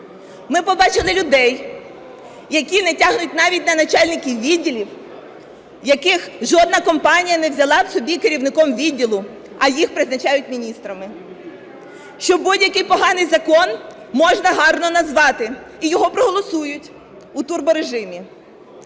Ми побачили людей, які не тягнуть навіть на начальників відділів, яких жодна компанія не взяла б собі керівником відділу, а їх призначають міністрами, що будь-який поганий закон можна гарно назвати - і його проголосують у турборежимі.